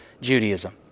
Judaism